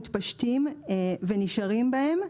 מתפשטים ונשארים בהם,